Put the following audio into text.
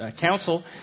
council